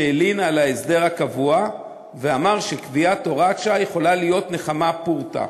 שהלין על ההסדר הקבוע ואמר שקביעת הוראת שעה יכולה להיות נחמה פורתא.